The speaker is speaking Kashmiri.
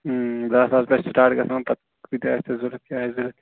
دٔہ ساس پٮ۪ٹھ سِٹارٹ گژھان پَتہٕ کۭتیاہ آسہِ تۄہہِ ضرورت کیاہ آسہِ ضرورت